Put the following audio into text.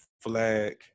flag